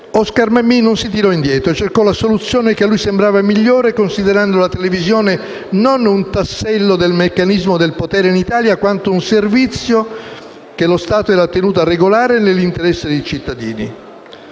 Oscar Mammì non si tirò indietro e cercò la soluzione che a lui sembrava migliore, considerando la televisione non un tassello del meccanismo del potere in Italia, quanto un servizio che lo Stato era tenuto a regolare nell'interesse dei cittadini.